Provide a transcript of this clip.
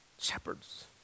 Shepherds